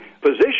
position